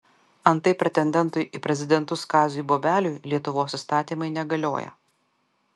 antai pretendentui į prezidentus kaziui bobeliui lietuvos įstatymai negalioja